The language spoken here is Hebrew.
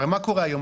הרי מה קורה היום?